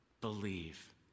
believe